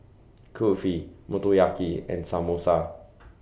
Kulfi Motoyaki and Samosa